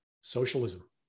socialism